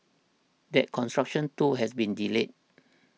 that construction too has been delayed